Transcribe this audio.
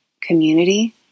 community